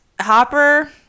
Hopper